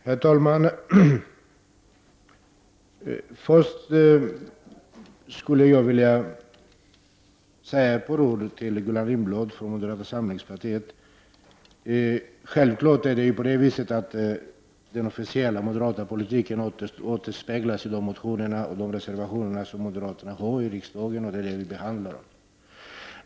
Herr talman! Först skulle jag vilja säga ett par ord till Gullan Lindblad från moderata samlingspartiet. Självfallet är det på det viset att den officiella moderata politiken återspeglas i moderaternas motioner och reservationer i riksdagen, och det är dem vi behandlar.